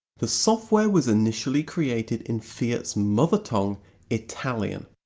the software was initially created in fiat's mother tongue italian.